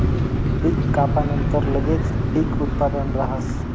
पीक कापानंतर लगेच पीक उत्पादन राहस